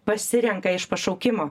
pasirenka iš pašaukimo